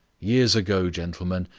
years ago, gentlemen,